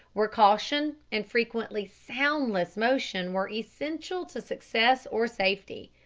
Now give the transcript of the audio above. where caution, and frequently soundless motion, were essential to success or safety.